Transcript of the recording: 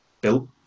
built